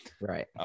right